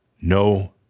no